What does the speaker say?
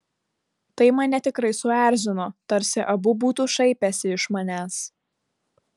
tai mane tikrai suerzino tarsi abu būtų šaipęsi iš manęs